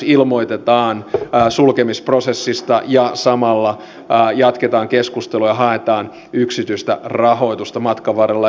ilmoitetaan sulkemisprosessista ja samalla jatketaan keskusteluja haetaan yksityistä rahoitusta matkan varrella